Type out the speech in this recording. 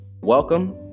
welcome